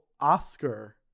Oscar